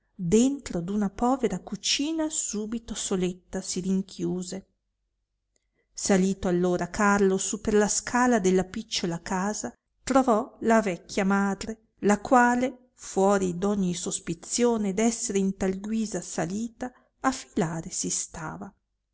dentro d una povera cucina subito soletta si rinchiuse salito allora carlo su per la scala della picciola casa trovò la vecchia madre la quale fuori d ogni sospizione d essere in tal guisa salita a filare si stava